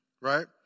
right